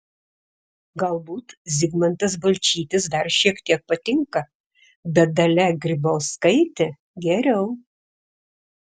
galbūt zigmantas balčytis dar šiek tiek patinka bet dalia grybauskaitė geriau